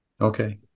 Okay